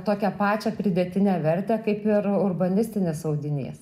tokią pačią pridėtinę vertę kaip ir urbanistinis audinys